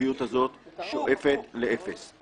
האפקטיביות הזו שואפת לאפס.